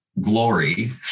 glory